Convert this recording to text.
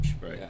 right